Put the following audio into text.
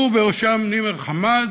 ובראשם נימר חמאד.